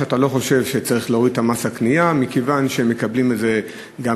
שאתה לא חושב שצריך להוריד את מס הקנייה מכיוון שהם מקבלים את זה בחזרה,